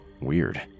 Weird